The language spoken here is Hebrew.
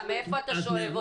מהיכן אתה שואב?